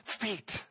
feet